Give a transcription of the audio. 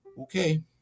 okay